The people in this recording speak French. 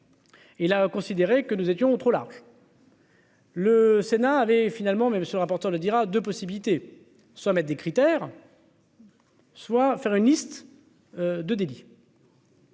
là considéré que nous étions trop large. Le Sénat avait finalement mais monsieur le rapporteur ne dira 2 possibilités : soit mettent des critères. Soit à faire une liste de délits.